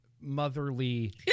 motherly